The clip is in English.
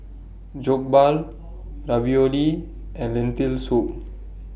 Jokbal Ravioli and Lentil Soup